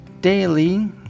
daily